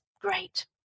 great